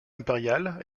impérial